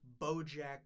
Bojack